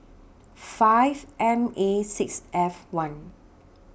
five M A six F one